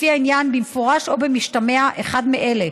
לפי העניין, במפורש או במשתמע, אחד מאלה: